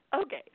Okay